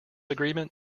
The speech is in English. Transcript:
agreement